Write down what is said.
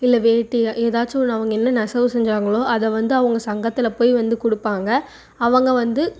இல்லை வேட்டியை ஏதாச்சும் ஒன்று அவங்க என்ன நெசவு செஞ்சாங்களோ அதை வந்து அவங்க சங்கத்தில் போய் வந்து கொடுப்பாங்க அவங்க வந்து